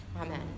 Amen